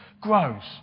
grows